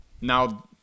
now